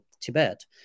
Tibet